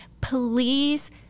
please